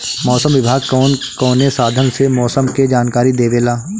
मौसम विभाग कौन कौने साधन से मोसम के जानकारी देवेला?